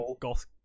goth